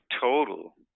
total